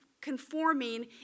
conforming